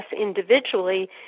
individually